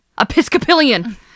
Episcopalian